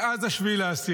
מאז 7 באוקטובר.